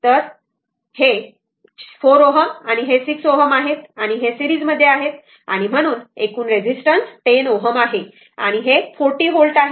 तरहे i ∞ असेल हा 4 Ω आणि 6 Ω आहे हे सिरीज मध्ये आहेत म्हणून ते एकूण 10 Ω आहे आणि हे 40 व्होल्ट आहे